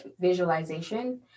visualization